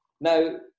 Now